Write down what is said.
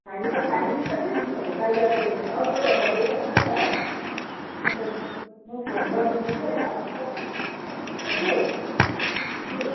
खाली त खाली नै छ कि उनीहरू बाहिर गएर अर्को जग्गा गइरहेको छ नि त अन्त म फोन गरिदिन्छु कि अन्त आइपुग्छ हजुर हजुर